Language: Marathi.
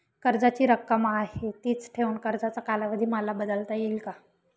कर्जाची रक्कम आहे तिच ठेवून कर्जाचा कालावधी मला बदलता येईल का?